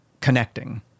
connecting